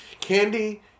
Candy